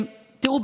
תראו,